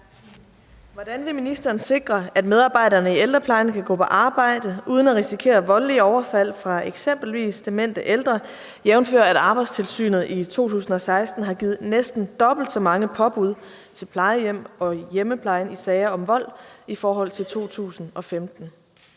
Hvordan vil ministeren sikre, at medarbejderne i ældreplejen kan gå på arbejde uden at risikere voldelige overfald fra eksempelvis demente ældre, jf. at Arbejdstilsynet i 2016 har givet næsten dobbelt så mange påbud til plejehjem og hjemmeplejen i sager om vold i forhold til 2015?